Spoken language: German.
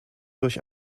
durch